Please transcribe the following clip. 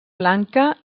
blanca